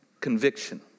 conviction